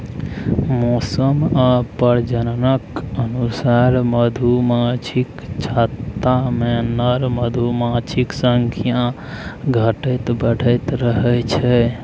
मौसम आ प्रजननक अनुसार मधुमाछीक छत्तामे नर मधुमाछीक संख्या घटैत बढ़ैत रहै छै